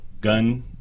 gun